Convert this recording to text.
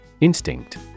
Instinct